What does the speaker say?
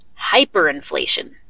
hyperinflation